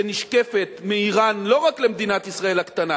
שנשקפת מאירן, לא רק למדינת ישראל הקטנה